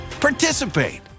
participate